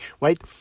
right